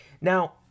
Now